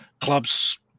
clubs